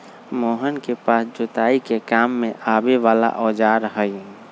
मोहन के पास जोताई के काम में आवे वाला औजार हई